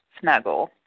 snuggle